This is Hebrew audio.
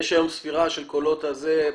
יש היום ספירה של קולות הזה,